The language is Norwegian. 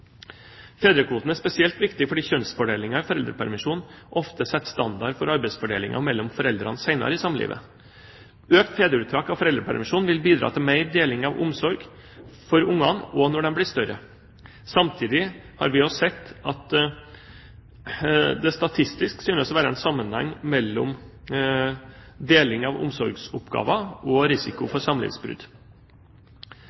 Fedrekvoten er spesielt viktig fordi kjønnsfordelingen i foreldrepermisjonen ofte setter standard for arbeidsfordelingen mellom foreldrene senere i samlivet. Økt fedreuttak av foreldrepermisjonen vil bidra til mer deling av omsorg for barna også når de blir større. Samtidig har vi sett at det statistisk synes å være en sammenheng mellom deling av omsorgsoppgaver og risiko